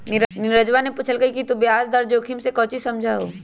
नीरजवा ने पूछल कई कि तू ब्याज दर जोखिम से काउची समझा हुँ?